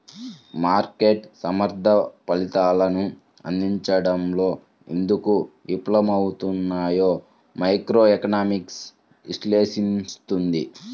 మార్కెట్లు సమర్థ ఫలితాలను అందించడంలో ఎందుకు విఫలమవుతాయో మైక్రోఎకనామిక్స్ విశ్లేషిస్తుంది